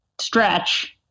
stretch